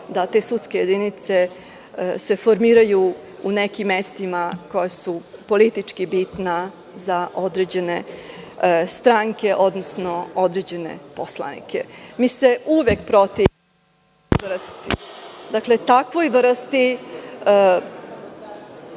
da te sudske jedinice se formiraju u nekim mestima koja su politički bitna za određene stranke, odnosno određene poslanike. Mi se uvek protivimo toj vrsti,